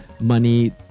money